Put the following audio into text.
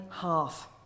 half